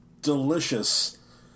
delicious